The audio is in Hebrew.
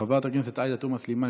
חברת הכנסת עאידה תומא סלימאן,